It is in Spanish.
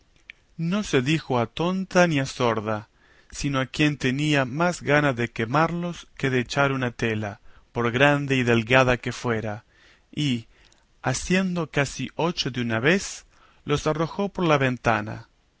no se dijo a tonta ni a sorda sino a quien tenía más gana de quemallos que de echar una tela por grande y delgada que fuera y asiendo casi ocho de una vez los arrojó por la ventana